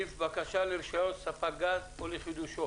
סעיף "בקשה לרישיון ספק גז או לחידושו"